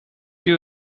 you